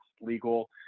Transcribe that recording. legal